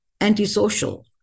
antisocial